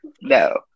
No